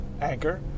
anchor